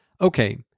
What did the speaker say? okay